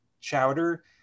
Chowder